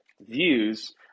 views